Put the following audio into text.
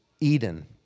Eden